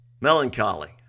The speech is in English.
Melancholy